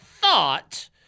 thought